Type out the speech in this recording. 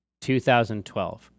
2012